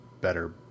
better